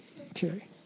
Okay